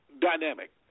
dynamic